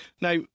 Now